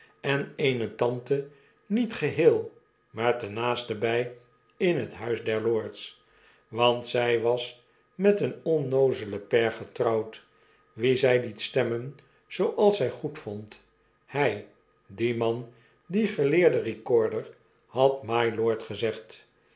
en eene tante niet geheel maar ten naastenbij in het huis der lords want zij was met een onnoozelen pair getrouwd wien zy liet stemmen zooals zy goedvond hy die man die geleerde recorder had mylord gezegd